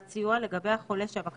את פרטי המידע הדרושים לגבי החולה שהבקשה